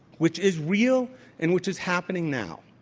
which is real and which is happening now.